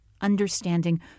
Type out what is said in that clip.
understanding